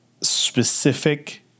specific